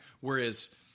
Whereas